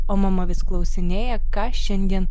o mama vis klausinėja ką šiandien